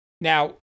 Now